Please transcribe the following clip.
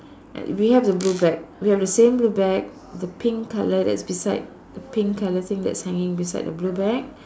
and we have the blue bag we have the same blue bag the pink colour that's beside the pink colour thing that's hanging beside the blue bag